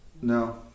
No